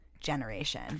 generation